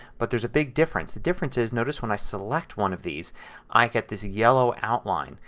but there is a big difference. difference is notice when i select one of these i get this yellow outline.